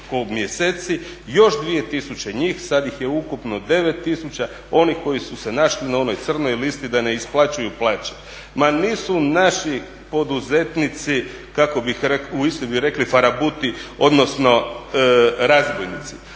mjeseci još 2000 njih. Sad ih je ukupno 9000 onih koji su se našli na onoj crnoj listi da ne isplaćuju plaće. Ma nisu naši poduzetnici kako bih rekao, u Istri bi rekli farabuti, odnosno razbojnici.